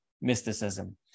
mysticism